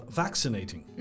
vaccinating